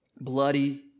bloody